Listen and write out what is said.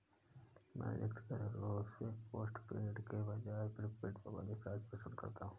मैं व्यक्तिगत रूप से पोस्टपेड के बजाय प्रीपेड मोबाइल रिचार्ज पसंद करता हूं